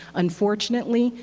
unfortunately,